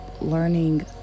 learning